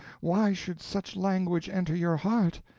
why should such language enter your heart?